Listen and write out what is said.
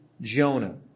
Jonah